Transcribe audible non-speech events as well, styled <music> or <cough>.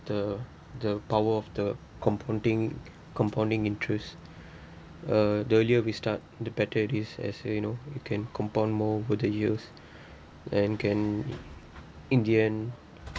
the the power of the compounding compounding interest uh the earlier we start the better this as say you know you can compound more over the years <breath> and can in the end